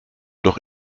doch